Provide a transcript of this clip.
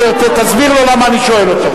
תסביר לו למה אני שואל אותו.